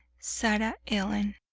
sarah ellen.